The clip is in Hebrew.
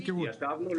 ישבנו,